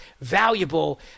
valuable